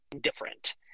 different